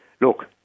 look